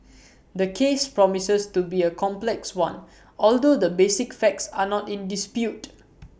the case promises to be A complex one although the basic facts are not in dispute